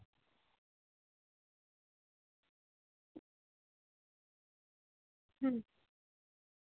ᱦᱩᱸ